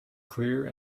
clear